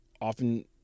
often